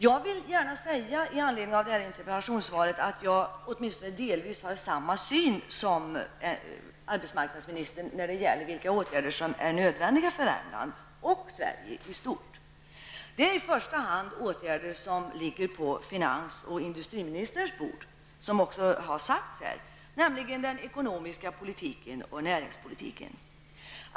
Jag vill i anledning av interpellationssvaret gärna säga att jag åtminstone delvis har samma syn som arbetsmarknadsministern på vilka åtgärder som är nödvändiga för Värmland och för Sverige i stort. Det är i första hand åtgärder som finans och industriministrarna ansvarar för, vilket också har sagts här, nämligen den ekonomiska politiken och näringspolitiken.